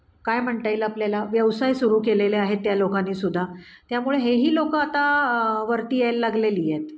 काय म्हणता येईल आपल्याला व्यवसाय सुरू केलेले आहेत त्या लोकांनीसुद्धा त्यामुळे हेही लोकं आता वरती यायला लागलेली आहेत